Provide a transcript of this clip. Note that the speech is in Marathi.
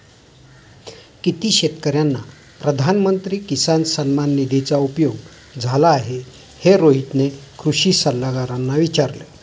किती शेतकर्यांना प्रधानमंत्री किसान सन्मान निधीचा उपयोग झाला आहे, हे रोहितने कृषी सल्लागारांना विचारले